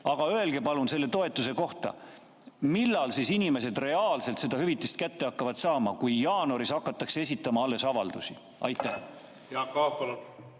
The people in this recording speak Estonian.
Öelge palun selle toetuse kohta: millal inimesed reaalselt seda hüvitist kätte hakkavad saama, kui jaanuaris hakatakse alles avaldusi esitama? Jaak Aab,